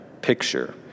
picture